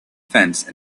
fence